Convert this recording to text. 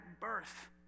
birth